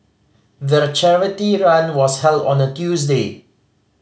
the charity run was held on a Tuesday